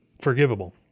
forgivable